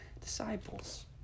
disciples